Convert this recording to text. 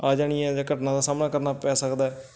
ਆ ਜਾਣੀ ਜਾਂ ਘਟਨਾ ਦਾ ਸਾਹਮਣਾ ਕਰਨਾ ਪੈ ਸਕਦਾ